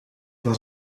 was